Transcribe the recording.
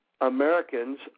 Americans